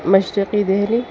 مشرقی دہلی